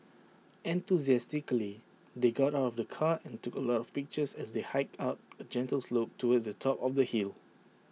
enthusiastically they got out of the car and took A lot of pictures as they hiked up A gentle slope towards the top of the hill